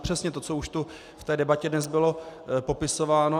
Přesně to, co už tu v té debatě bylo popisováno.